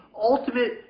ultimate